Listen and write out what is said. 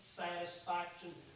satisfaction